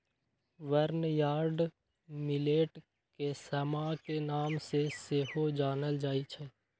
barnyard millet के समा के नाम से सेहो जानल जाइ छै